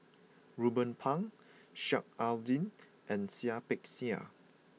Ruben Pang Sheik Alau'ddin and Seah Peck Seah